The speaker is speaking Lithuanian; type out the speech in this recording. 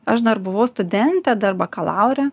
aš dar buvau studentė dar bakalaurė